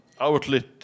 outlet